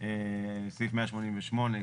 סעיף 188,